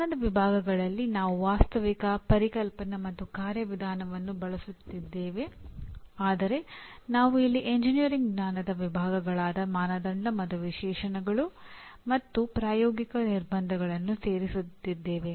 ಜ್ಞಾನದ ವಿಭಾಗಗಳಲ್ಲಿ ನಾವು ವಾಸ್ತವಿಕ ಪರಿಕಲ್ಪನಾ ಮತ್ತು ಕಾರ್ಯವಿಧಾನವನ್ನು ಬಳಸುತ್ತಿದ್ದೇವೆ ಆದರೆ ನಾವು ಇಲ್ಲಿ ಎಂಜಿನಿಯರಿಂಗ್ ಜ್ಞಾನದ ವಿಭಾಗಗಳಾದ ಮಾನದಂಡ ಮತ್ತು ವಿಶೇಷಣಗಳು ಮತ್ತು ಪ್ರಾಯೋಗಿಕ ನಿರ್ಬಂಧಗಳನ್ನು ಸೇರಿಸುತ್ತಿದ್ದೇವೆ